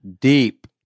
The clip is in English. deep